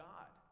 God